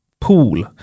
pool